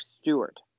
Stewart